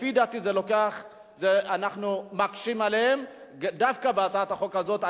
לפי דעתי אנחנו מקשים עליהם דווקא בהצעת החוק הזאת.